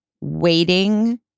waiting